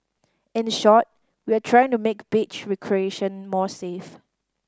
in a short we are trying to make beach recreation more safe